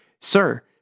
Sir